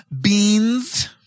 beans